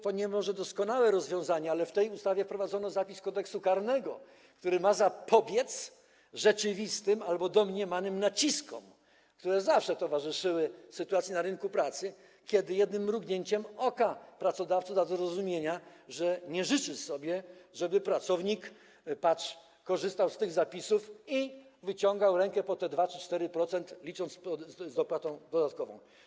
To nie jest może doskonałe rozwiązanie, ale w tej ustawie wprowadzono zapis Kodeksu karnego, który ma zapobiec rzeczywistym albo domniemanym naciskom, które zawsze towarzyszyły sytuacji na rynku pracy, kiedy jednym mrugnięciem oka pracodawca da do zrozumienia, że nie życzy sobie, żeby pracownik korzystał z tych zapisów i wyciągał rękę po te 2% czy 4%, licząc z dopłatą dodatkową.